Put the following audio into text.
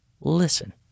listen